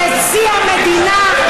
נשיא המדינה,